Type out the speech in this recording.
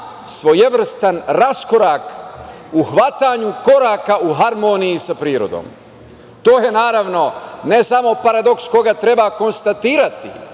svojevrstan raskorak u hvatanju koraka u harmoniji sa prirodom. To je naravno, ne samo paradoks koga treba konstatirati,